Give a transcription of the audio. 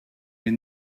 les